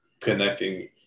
connecting